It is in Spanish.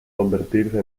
convertirse